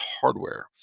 Hardware